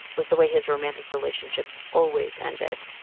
was the way his romantic relationships always ended.